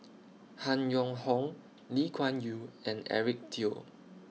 Han Yong Hong Lee Kuan Yew and Eric Teo